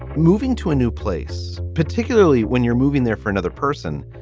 moving to a new place, particularly when you're moving there for another person,